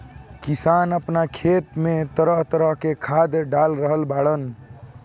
किसान आपना खेत में तरह तरह के खाद डाल रहल बाड़न